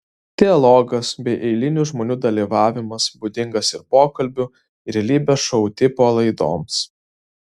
dialogas bei eilinių žmonių dalyvavimas būdingas ir pokalbių ir realybės šou tipo laidoms